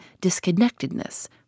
disconnectedness